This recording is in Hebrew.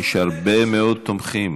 יש הרבה מאוד תומכים.